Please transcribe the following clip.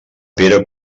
pere